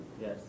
Yes